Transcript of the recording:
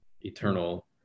eternal